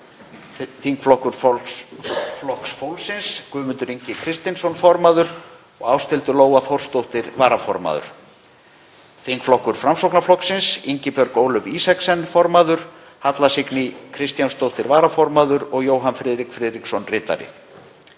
Þingflokkur Flokks fólksins: Guðmundur Ingi Kristinsson, formaður, og Ásthildur Lóa Þórsdóttir, varaformaður. Þingflokkur Framsóknarflokksins: Ingibjörg Ólöf Isaksen, formaður, Halla Signý Kristjánsdóttir, varaformaður, og Jóhann Friðrik Friðriksson, ritari.